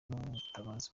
n’ubutabazi